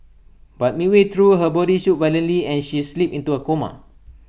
but midway through her body shook violently and she slipped into A coma